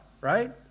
right